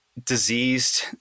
diseased